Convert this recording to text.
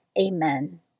Amen